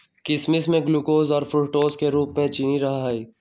किशमिश में ग्लूकोज और फ्रुक्टोज के रूप में चीनी रहा हई